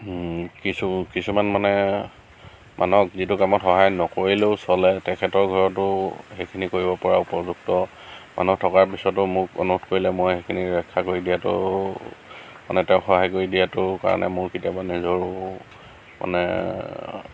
কিছুমান মানে মানুহক যিটো কামত সহায় নকৰিলেও চলে তেখেতৰ ঘৰতো সেইখিনি কৰিব পৰা উপযুক্ত মানুহ থকাৰ পিছতো মোক অনুৰোধ কৰিলে মই সেইখিনি ৰক্ষা কৰি দিয়াতো মানে তেওঁক সহায় কৰি দিয়াতোৰ কাৰণে মোৰ কেতিয়াবা নিজৰো মানে